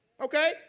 Okay